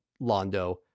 Londo